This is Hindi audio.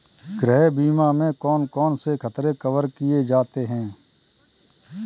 गृह बीमा में कौन कौन से खतरे कवर किए जाते हैं?